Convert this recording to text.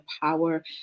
power